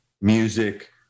music